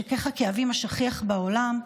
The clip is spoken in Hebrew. משכך הכאבים השכיח בעולם,